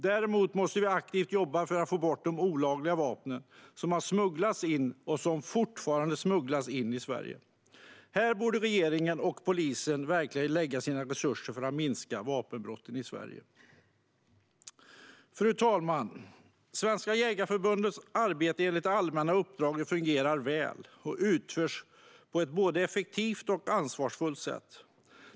Vi måste däremot aktivt jobba för att få bort de olagliga vapen som har smugglats in och som fortfarande smugglas in i Sverige. Här borde regeringen och polisen lägga sina resurser för att minska vapenbrotten i Sverige. Fru talman! Svenska Jägareförbundets arbete enligt det allmänna uppdraget fungerar väl och utförs på ett både effektivt och ansvarsfullt sätt.